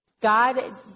God